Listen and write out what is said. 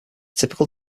typical